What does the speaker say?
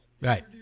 Right